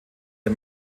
der